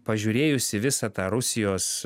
pažiūrėjus į visą tą rusijos